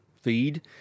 feed